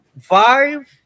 Five